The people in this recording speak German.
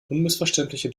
unmissverständliche